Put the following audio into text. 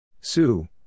Sue